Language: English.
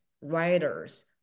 writers